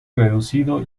reducido